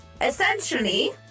Essentially